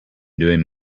doing